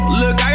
look